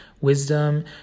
Wisdom